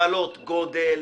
מגבלות גודל,